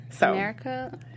America